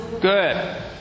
Good